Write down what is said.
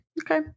Okay